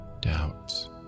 doubts